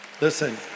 Listen